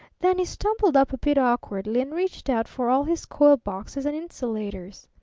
then he stumbled up a bit awkwardly and reached out for all his coil-boxes and insulators.